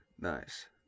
Nice